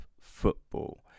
football